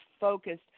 focused